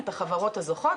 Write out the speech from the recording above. את החברות הזוכות,